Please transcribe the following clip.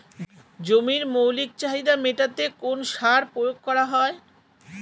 জমির মৌলিক চাহিদা মেটাতে কোন সার প্রয়োগ করা হয়?